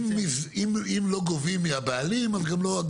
אם לא גובים מהבעלים אז גם לא,